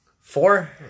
Four